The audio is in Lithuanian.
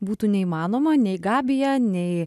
būtų neįmanoma nei gabija nei